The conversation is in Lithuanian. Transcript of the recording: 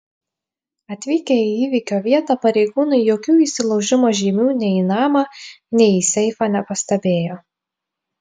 atvykę į įvykio vietą pareigūnai jokių įsilaužimo žymių nei į namą nei į seifą nepastebėjo